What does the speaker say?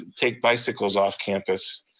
take bicycles off campus.